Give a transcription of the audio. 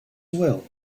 will